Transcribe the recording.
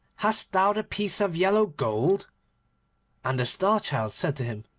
hast thou the piece of yellow gold and the star-child said to him,